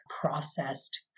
processed